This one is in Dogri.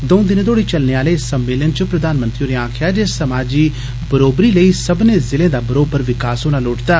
दऊं दिनें तोड़ी चलने आले इस सम्मेलन च प्रधानमंत्री होरें आखेआ जे समाजी बराबरी लेई सब्बने जिलें दा बरोबर विकास होना लोड़चदा